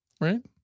right